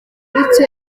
uretse